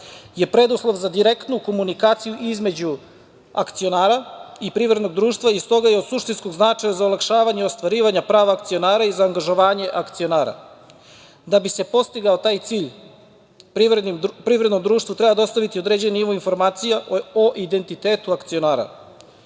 je preduslov za direktnu komunikaciju između akcionara i privrednog društva i stoga je od suštinskog značaja za olakšavanje ostvarivanja prava akcionara i za angažovanje akcionara. Da bi se postigao taj cilj privrednom društvu treba dostaviti određeni nivo informacija o identitetu akcionara.